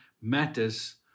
matters